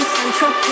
Central